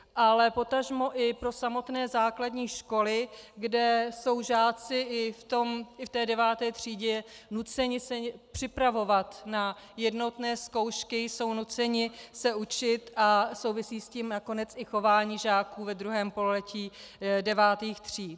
Ale potažmo i pro samotné základní školy, kde jsou žáci i v té deváté třídě nuceni se připravovat na jednotné zkoušky, jsou nuceni se učit, a souvisí s tím nakonec i chování žáků ve druhém pololetí devátých tříd.